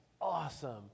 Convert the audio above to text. awesome